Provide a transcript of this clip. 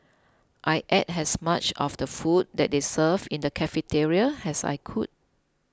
I ate as much of the food that they served in the cafeteria as I could